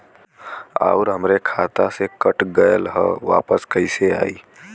आऊर हमरे खाते से कट गैल ह वापस कैसे आई?